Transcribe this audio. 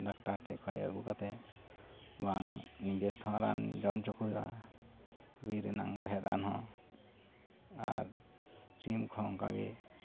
doctor ᱴᱷᱮᱱ ᱠᱷᱚᱡ ᱟᱹᱜᱩ ᱠᱟᱛᱮᱫ ᱵᱟᱝ ᱧᱤᱫᱟᱹ ᱛᱮᱦᱚᱸ ᱨᱟᱱ ᱡᱚᱢ ᱚᱪᱚᱠᱚ ᱦᱩᱭᱩᱜᱼᱟ ᱵᱤᱨ ᱨᱮᱱᱟᱝ ᱨᱮᱦᱮᱫ ᱨᱟᱱᱦᱚᱸ ᱟᱨ ᱥᱤᱢᱠᱚ ᱦᱚᱸ ᱚᱝᱠᱟᱜᱮ